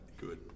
Good